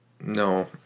No